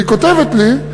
והיא כותבת לי,